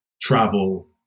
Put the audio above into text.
travel